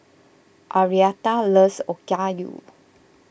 Arietta loves Okayu